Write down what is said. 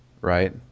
right